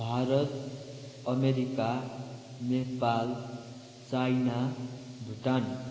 Bharat America Nepal China Bhutan